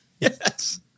yes